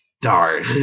darn